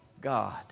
God